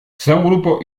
grupo